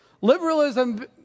Liberalism